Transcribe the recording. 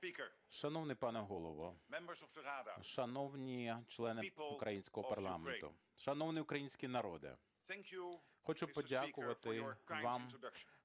Шановний пане Голово, шановні члени українського парламенту, шановний український народе! Хочу подякувати вам,